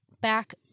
back